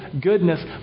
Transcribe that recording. goodness